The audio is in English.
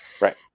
Right